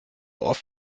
oft